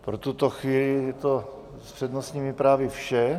Pro tuto chvíli je to s přednostními právy vše.